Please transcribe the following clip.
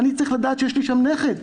אני צריך לדעת שיש לי שם נכד.